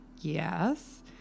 yes